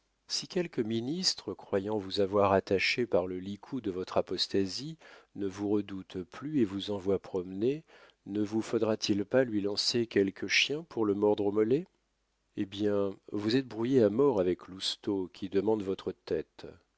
si quelque ministre croyant vous avoir attaché par le licou de votre apostasie ne vous redoute plus et vous envoie promener ne vous faudra-t-il pas lui lancer quelques chiens pour le mordre aux mollets eh bien vous êtes brouillé à mort avec lousteau qui demande votre tête